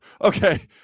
Okay